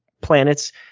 planets